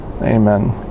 Amen